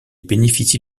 bénéficie